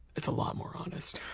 it's a lot more honest.